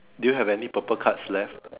do you have any purple cards left